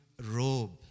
robe